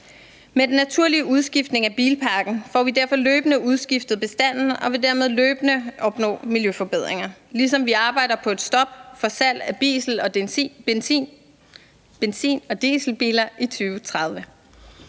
Med den naturlige udskiftning af bilparken får vi derfor løbende udskiftet bestanden og vil dermed løbende opnå miljøforbedringer, ligesom vi arbejder på et stop for salg af benzin- og dieselbiler i 2030.